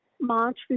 March